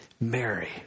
Mary